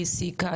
העסיקה,